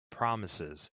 promises